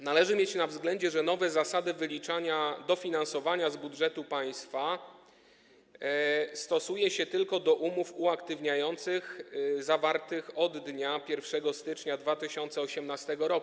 Należy mieć na względzie, że nowe zasady wyliczania dofinansowania z budżetu państwa stosuje się tylko do umów uaktywniających zawartych od dnia 1 stycznia 2018 r.